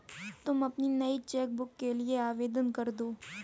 तुम अपनी नई चेक बुक के लिए आवेदन करदो